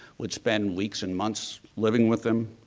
which spend weeks and months living with them.